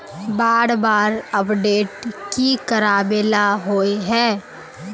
बार बार अपडेट की कराबेला होय है?